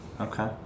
Okay